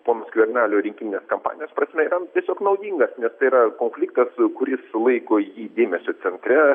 pono skvernelio rinkiminės kampanijos prasme jam tiesiog naudingas nes tai yra konfliktas kuris sulaiko jį dėmesio centre